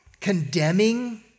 condemning